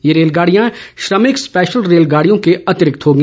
ये रेलगाड़ियां श्रमिक स्पेशल रेलगाड़ियों के अतिरिक्त होंगी